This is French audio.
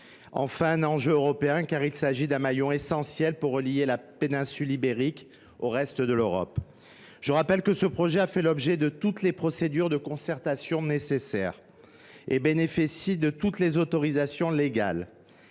ferroviaires européennes – cette ligne est un maillon essentiel pour relier la péninsule ibérique au reste de l’Europe. Je rappelle que ce projet a fait l’objet de toutes les procédures de concertation nécessaires et qu’il bénéficie de toutes les autorisations légales.